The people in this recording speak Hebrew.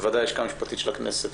ודאי הלשכה המשפטית של הכנסת,